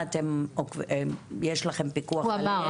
הוא אמר.